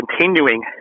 continuing